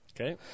Okay